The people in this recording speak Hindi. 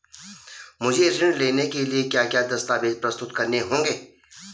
मुझे ऋण लेने के लिए क्या क्या दस्तावेज़ प्रस्तुत करने होंगे?